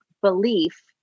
belief